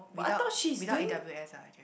without without A_W_S ah actually